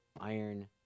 iron